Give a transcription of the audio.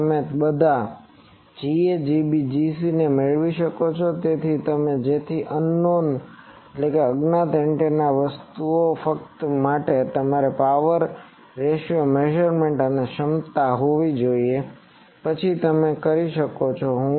તેથી તમે બધા Ga Gb Gc મેળવી શકો છો જેથી એક અન નોન અજ્ઞાતunknownએન્ટેના વસ્તુ ફક્ત તમારે આ પાવર રેશિયો મેઝરમેન્ટ અને ક્ષમતા હોવી જ જોઇએ તે પછી તમે કરી શકો છો